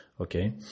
okay